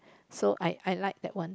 so I I like that one